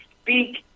speak